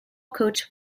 coach